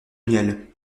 miel